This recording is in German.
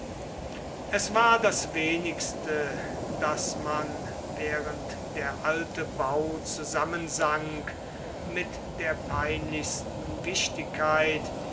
es war das wenigste daß man während der alte bau zusammensank mit der peinlichsten wichtigkeit